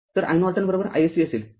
तर iNorton iSC असेल